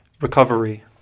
Recovery